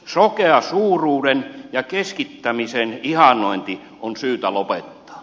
sokea suuruuden ja keskittämisen ihannointi on syytä lopettaa